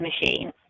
machine